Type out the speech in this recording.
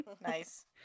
Nice